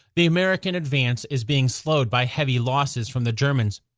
the american advance is being slowed by heavy losses from the germans.